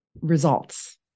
results